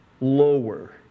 lower